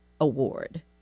Award